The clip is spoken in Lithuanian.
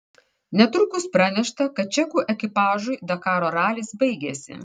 netrukus pranešta kad čekų ekipažui dakaro ralis baigėsi